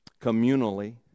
communally